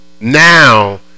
Now